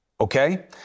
Okay